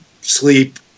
sleep